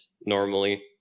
normally